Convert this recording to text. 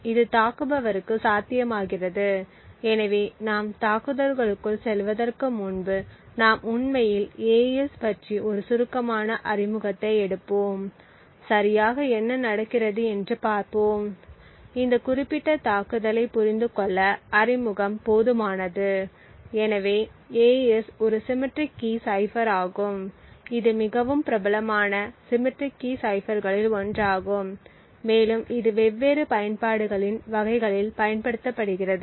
இது தாக்குபவருக்கு சாத்தியமாக்குகிறது எனவே நாம் தாக்குதலுக்குள் செல்வதற்கு முன்பு நாம் உண்மையில் AES பற்றி ஒரு சுருக்கமான அறிமுகத்தை எடுப்போம் சரியாக என்ன நடக்கிறது என்று பார்ப்போம் இந்த குறிப்பிட்ட தாக்குதலைப் புரிந்துகொள்ள அறிமுகம் போதுமானது எனவே AES ஒரு சிம்மெட்ரிக் கீ சைபர் ஆகும் இது மிகவும் பிரபலமான சிம்மெட்ரிக் கீ சைபர்களில் ஒன்றாகும் மேலும் இது வெவ்வேறு பயன்பாடுகளின் வகைகளில் பயன்படுத்தப்படுகிறது